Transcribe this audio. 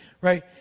right